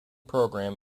program